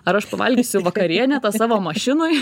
ar aš pavalgysiu vakarienę tą savo mašinoj